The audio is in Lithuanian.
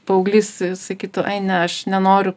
paauglys sakytų ai ne aš nenoriu